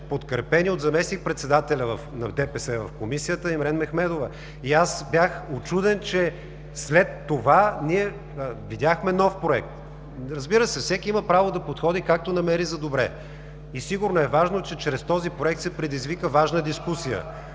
подкрепен и от заместник-председателя на ДПС в Комисията – Имрен Мехмедова. Аз бях учуден, че след това ние видяхме нов Проект. Разбира се, всеки има право да подходи, както намери за добре. И сигурно е важно, че чрез този проект се предизвика важна дискусия